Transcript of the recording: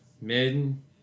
men